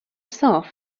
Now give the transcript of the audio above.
صاف